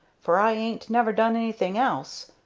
for i ain't never done anything else,